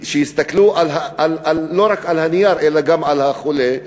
שיסתכלו לא רק על הנייר אלא גם על החולה.